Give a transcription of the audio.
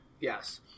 Yes